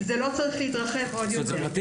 זה לא צריך להתרחב עוד יותר.